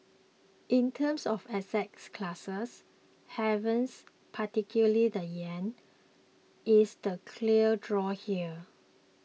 in terms of assets classes havens particularly the yen is the clear draw here